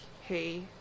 hey